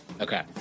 okay